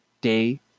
Day